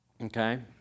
Okay